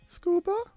Scuba